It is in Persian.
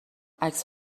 عکس